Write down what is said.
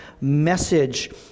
message